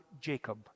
Jacob